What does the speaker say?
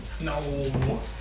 No